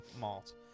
malt